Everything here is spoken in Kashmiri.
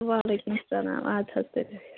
وعلیکُم سلام اَدٕ حظ تُلِو بِہِو